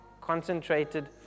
concentrated